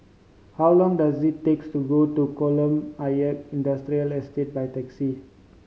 how long does it takes to go to Kolam Ayer Industrial Estate by taxi